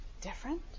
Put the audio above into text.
Different